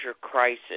crisis